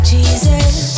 Jesus